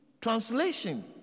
translation